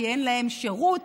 כי אין להם שירות